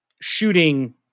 shooting